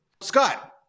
Scott